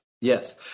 Yes